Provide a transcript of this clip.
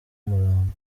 umurambo